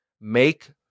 make